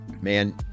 man